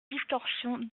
distorsion